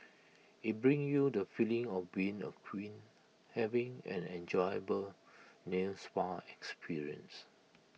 IT brings you the feeling of being A queen having an enjoyable nail spa experience